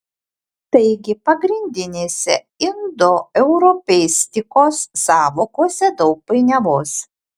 taigi pagrindinėse indoeuropeistikos sąvokose daug painiavos